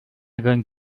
going